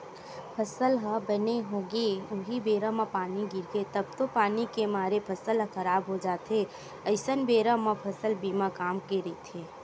फसल ह बने होगे हे उहीं बेरा म पानी गिरगे तब तो पानी के मारे फसल ह खराब हो जाथे अइसन बेरा म फसल बीमा काम के रहिथे